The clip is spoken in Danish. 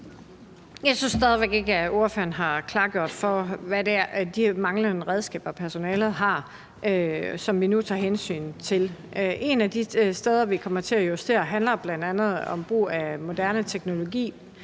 Jeg synes stadig væk ikke, ordføreren har redegjort for de manglende redskaber, personalet har, som vi nu tager hensyn til. Et af de områder, hvor vi kommer til at justere, handler bl.a. om brug af moderne teknologi,